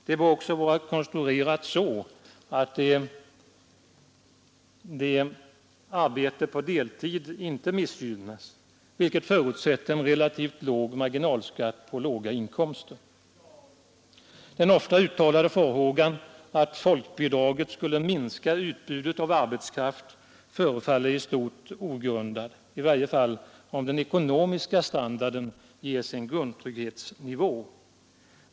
Det bör också vara konstruerat så, att det inte missgynnar arbete på deltid, vilket förutsätter en relativt låg marginalskatt på låga inkomster. Den ofta uttalade farhågan att ett folkbidrag skulle minska utbudet av arbetskraft förefaller vara i stort ogrundad, i varje fall om den ekonomiska standarden ges en grundtrygghetsnivå.